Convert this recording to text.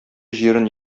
җирен